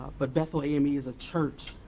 but bethel ame is a church,